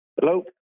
Hello